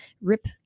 Rip